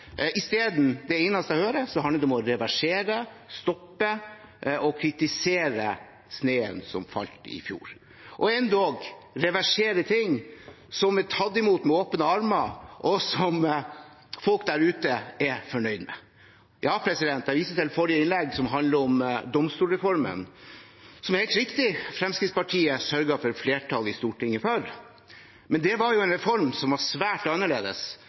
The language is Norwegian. Det eneste jeg hører, handler om å reversere, stoppe og kritisere snøen som falt i fjor – endog reversere ting som er tatt imot med åpne armer, og som folk der ute er fornøyde med. Jeg viser til forrige innlegg, som handlet om domstolsreformen, som Fremskrittspartiet helt riktig sørget for flertall for i Stortinget, men det var en reform som var svært annerledes